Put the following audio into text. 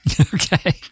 Okay